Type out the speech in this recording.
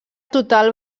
total